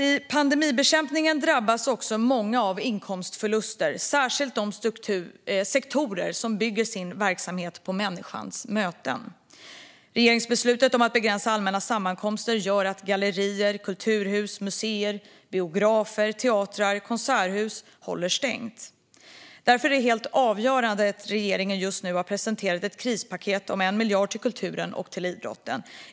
I pandemibekämpningen drabbas många av inkomstförluster, särskilt de sektorer som bygger sin verksamhet på människans möten. Regeringsbeslutet om att begränsa allmänna sammankomster gör att gallerier, kulturhus, museer, biografer, teatrar och konserthus håller stängt. Därför är det helt avgörande att regeringen just har presenterat ett krispaket om 1 miljard till kulturen och till idrotten.